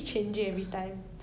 they just change the cast of